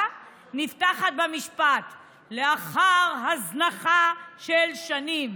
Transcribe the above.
נפתחת במשפט "לאחר הזנחה של שנים".